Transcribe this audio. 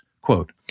quote